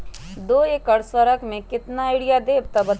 दो एकड़ सरसो म केतना यूरिया देब बताई?